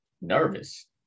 nervous